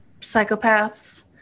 psychopaths